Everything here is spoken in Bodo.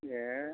ए